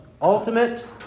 Ultimate